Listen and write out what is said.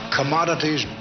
commodities